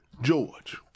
George